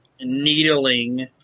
needling